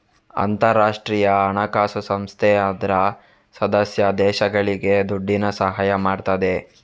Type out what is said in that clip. ಅಂತಾರಾಷ್ಟ್ರೀಯ ಹಣಕಾಸು ಸಂಸ್ಥೆ ಅದ್ರ ಸದಸ್ಯ ದೇಶಗಳಿಗೆ ದುಡ್ಡಿನ ಸಹಾಯ ಮಾಡ್ತದೆ